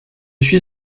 suis